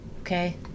okay